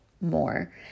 more